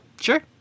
Sure